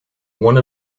one